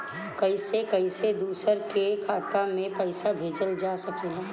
कईसे कईसे दूसरे के खाता में पईसा भेजल जा सकेला?